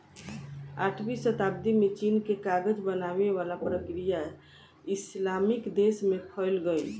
आठवीं सताब्दी में चीन के कागज बनावे वाला प्रक्रिया इस्लामिक देश में फईल गईल